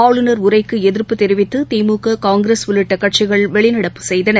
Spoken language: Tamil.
ஆளுநர் உரைக்குஎதிர்ப்பு தெரிவித்துதிமுக காங்கிரஸ்உள்ளிட்டகட்சிகள் வெளிநடப்பு செய்தன